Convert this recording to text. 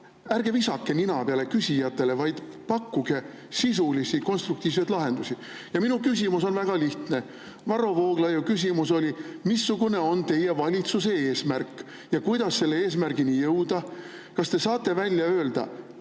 ärge visake küsijatele nina peale, vaid pakkuge sisulisi konstruktiivseid lahendusi. Minu küsimus on väga lihtne. Varro Vooglaiu küsimus oli, missugune on teie valitsuse eesmärk ja kuidas selle eesmärgini jõuda. Kas te saate välja öelda